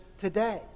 today